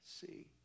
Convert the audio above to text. See